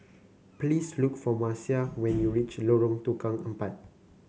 please look for Marcia when you reach Lorong Tukang Empat